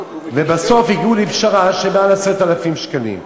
ובסוף הגיעו לפשרה שמעל 10,000 שקלים.